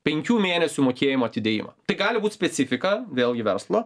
penkių mėnesių mokėjimo atidėjimą tai gali būti specifika vėlgi verslo